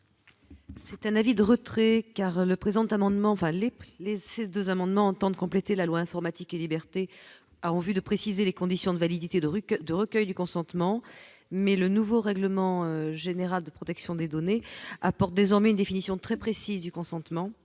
enfin les prix, les 6 2 amendements tant compléter la loi Informatique et libertés a en vue de préciser les conditions de validité de rucks de recueil du consentement, mais le nouveau règlement général de protection des données apportent désormais une définition très précise du consentement